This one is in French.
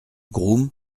groom